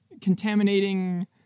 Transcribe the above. contaminating